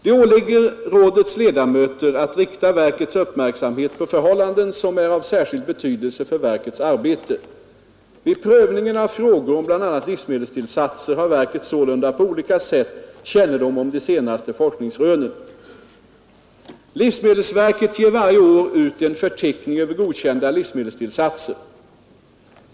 Det åligger rådets ledamöter att rikta verkets uppmärksamhet på förhållanden som är av särskild betydelse för verkets arbete. Vid prövningen av frågor om bl.a. livsmedelstillsatser har verket sålunda på olika sätt kännedom om de senaste forskningsrönen. Livsmedelsverket ger varje år ut en förteckning över godkända livsmedelstillsatser.